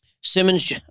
Simmons